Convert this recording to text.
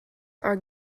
are